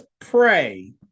pray